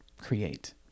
create